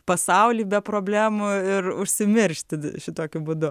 pasaulį be problemų ir užsimiršti šitokiu būdu